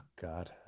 God